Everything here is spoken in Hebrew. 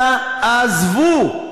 תעזבו.